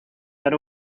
that